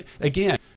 Again –